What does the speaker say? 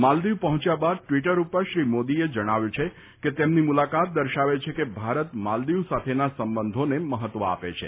માલદિવ પહોંચ્યા બાદ ટ્વિટર પર શ્રી મોદીએ જણાવ્યું છે કે તેમની મુલાકાત દર્શાવે છે કે ભારત માલદિવ સાથેના સંબંધોને મહત્વ આપે છે